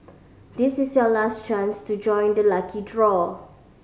this is your last chance to join the lucky draw